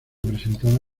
presentada